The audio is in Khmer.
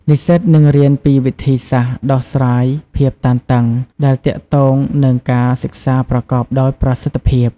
និស្សិតនឹងរៀនពីវិធីសាស្ត្រដោះស្រាយភាពតានតឹងដែលទាក់ទងនឹងការសិក្សាប្រកបដោយប្រសិទ្ធភាព។